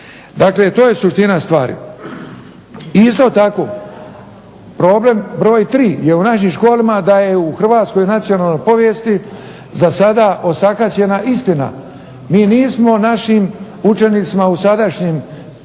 Dakle, to je suština stvari. Isto tako problem broj tri je u našim školama da je u hrvatskoj nacionalnoj povijesti za sada osakaćena istina. Mi nismo našim učenicima u sadašnjem